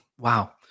Wow